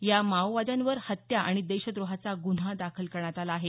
या माओवाद्यांवर हत्या आणि देशद्रोहाचा गुन्हा दाखल करण्यात आला आहे